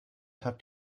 habt